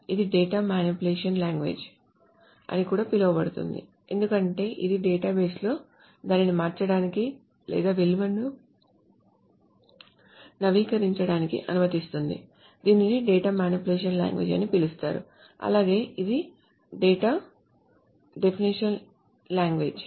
ఇది data manipulation language అని కూడా పిలువబడుతుంది ఎందుకంటే ఇది డేటాబేస్లో దానిని మార్చటానికి లేదా విలువలను నవీకరించడానికి అనుమతిస్తుంది దీనిని డేటా మానిప్యులేషన్ లాంగ్వేజ్ అని పిలుస్తారు అలాగే ఇది డేటా డెఫినిషన్ లాంగ్వేజ్